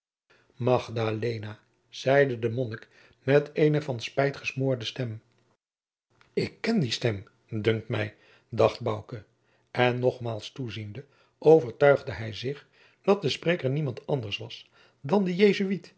zeide de monnik met eene van spijt gesmoorde stem ik ken die stem dunkt mij dacht bouke en nogmaals toeziende overtuigde hij zich dat de spreker niemand anders was dan de